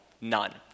none